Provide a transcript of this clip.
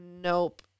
nope